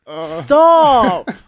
Stop